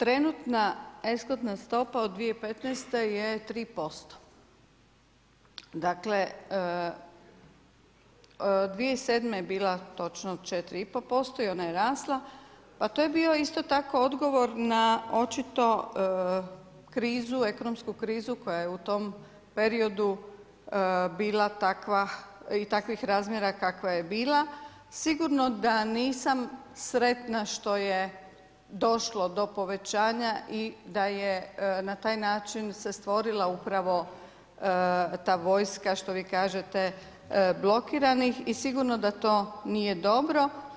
Trenutna eskontna stopa od 2015. je 3%, dakle 2007. je bila, točno, 4,5% i ona je rasla, pa to je bio isto tako i odgovor na očito ekonomsku krizu koja je u tom periodu bila takva i takvih razmjera kakvih je bila, sigurno da nisam sretna što je došlo do povećanja i da je na taj način se stvorila upravo ta vojska što vi kažete, blokiranih i sigurno da to nije dobro.